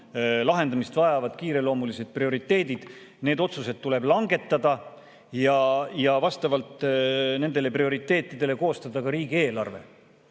lahendamist vajavad kiireloomulised prioriteedid, tuleb need otsused langetada ja vastavalt nendele prioriteetidele koostada ka riigieelarve.